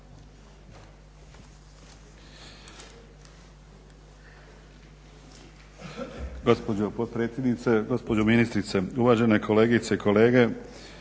Gospođo potpredsjednice, gospođo ministrice, uvažene kolegice i kolege.